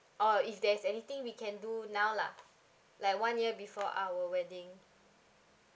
or if there's anything we can do now lah like one year before our wedding